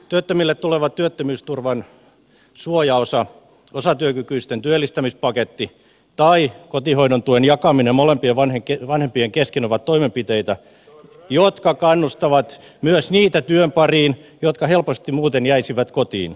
työttömille tuleva työttömyysturvan suojaosa osatyökykyisten työllistämispaketti ja kotihoidon tuen jakaminen molempien vanhempien kesken ovat toimenpiteitä jotka kannustavat myös niitä työn pariin jotka helposti muuten jäisivät kotiin